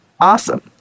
Awesome